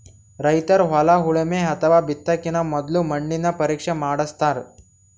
ರೈತರ್ ಹೊಲ ಉಳಮೆ ಅಥವಾ ಬಿತ್ತಕಿನ ಮೊದ್ಲ ಮಣ್ಣಿನ ಪರೀಕ್ಷೆ ಮಾಡಸ್ತಾರ್